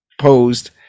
posed